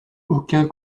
aucun